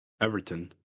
Everton